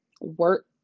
work